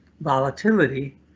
volatility